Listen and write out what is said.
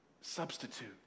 substitute